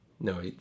no